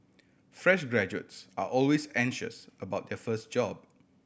fresh graduates are always anxious about their first job